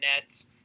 nets